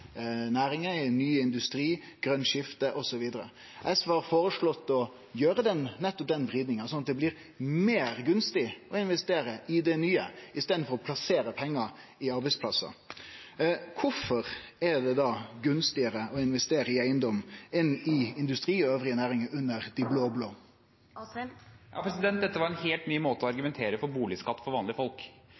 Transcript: i det nye i staden for å plassere pengar i eigedom. Kvifor er det da gunstigare å investere i eigedom enn i industri og andre næringar under dei blå-blå? Dette var en helt ny måte å argumentere for boligskatt for vanlige folk